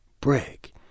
brick